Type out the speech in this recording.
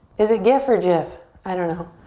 is it gif or jif? i don't know.